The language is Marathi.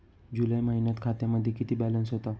जुलै महिन्यात खात्यामध्ये किती बॅलन्स होता?